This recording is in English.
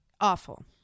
Awful